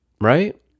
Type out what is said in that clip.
right